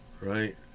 right